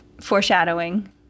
foreshadowing